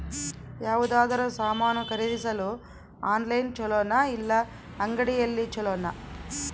ಯಾವುದಾದರೂ ಸಾಮಾನು ಖರೇದಿಸಲು ಆನ್ಲೈನ್ ಛೊಲೊನಾ ಇಲ್ಲ ಅಂಗಡಿಯಲ್ಲಿ ಛೊಲೊನಾ?